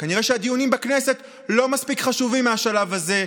כנראה שהדיונים בכנסת לא מספיק חשובים מהשלב הזה והלאה.